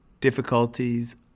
difficulties